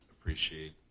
appreciate